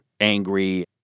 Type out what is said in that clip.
angry